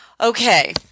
Okay